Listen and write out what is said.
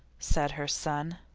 said her son.